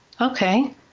Okay